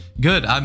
Good